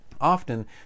Often